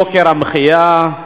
ליוקר המחיה,